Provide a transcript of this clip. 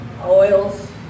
oils